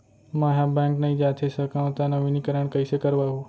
मैं ह बैंक नई जाथे सकंव त नवीनीकरण कइसे करवाहू?